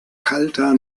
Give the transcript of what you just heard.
kalter